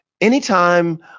anytime